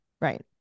Right